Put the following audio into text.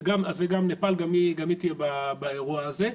אז גם נפאל, גם היא תהיה באירוע הזה.